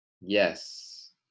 Yes